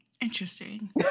Interesting